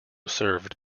served